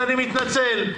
אני מתנצל.